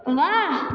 वाह